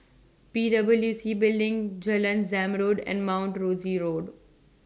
P W C Building Jalan Zamrud and Mount Rosie Road